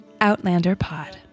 OutlanderPod